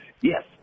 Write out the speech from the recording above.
Yes